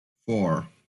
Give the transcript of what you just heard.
four